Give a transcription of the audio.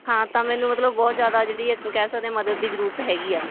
ਹਾਂ ਤਾਂ ਮੈਨੂੰ ਮਤਲਬ ਬਹੁਤ ਜ਼ਿਆਦਾ ਜਿਹੜੀ ਅਸੀਂ ਕਹਿ ਸਕਦੇ ਮਦਦ ਦੀ ਜ਼ਰੂਰਤ ਹੈਗੀ ਆ